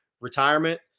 retirement